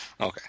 Okay